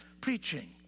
preaching